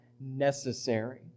necessary